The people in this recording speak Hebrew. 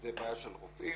זה בעיה של רופאים,